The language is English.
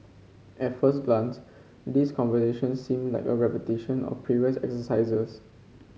at first glance these conversations seem like a repetition of previous exercises